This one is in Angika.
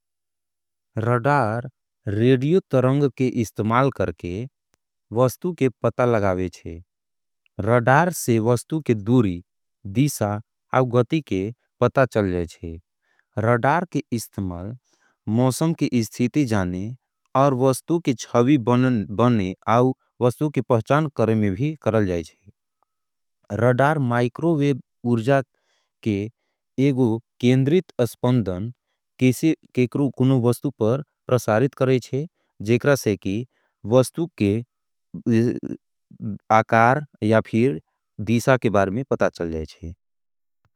रडार, रेडियो तरंग के इस्थमाल करके वस्तु के पता लगावेच्छे। रडार से वस्तु के दूरी, दीसा आउ गती के पता चल्याच्छे। रडार के इस्थमाल, मौसम के इस्थीति जाने और वस्तु के छवी बनने आउ वस्तु के पहचान करे में भी करल जाएच्छे। रडार, माईक्रोवेब उर्जा के एगो केंद्रित अस्पंधन के कुनु वस्तु पर प्रसारित करेच्छे। जेकरा से कि वस्तु के आकार या फिर दीसा के बारे में पता चल्याच्छे।